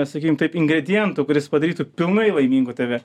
sakykim taip ingrediento kuris padarytų pilnai laimingu tave